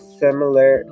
similar